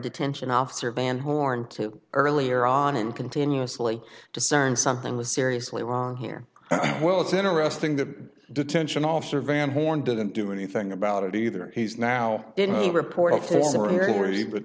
detention officer van horn to earlier on him continuously discerned something was seriously wrong here well it's interesting that detention officer van horn didn't do anything about it either he's now